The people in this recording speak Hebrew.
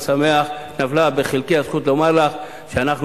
אני שמח שנפלה בחלקי הזכות לומר לך שאנחנו